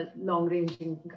long-ranging